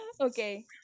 Okay